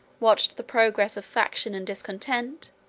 watched the progress of faction and discontent,